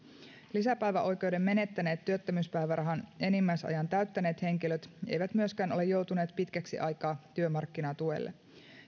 lisäpäiväoikeuden menettäneet työttömyyspäivärahan enimmäisajan täyttäneet henkilöt eivät myöskään ole joutuneet pitkäksi aikaa työmarkkinatuelle